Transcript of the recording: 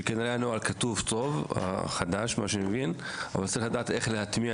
כנראה הוא כתוב טוב אבל צריך לדעת איך להטמיע